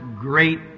great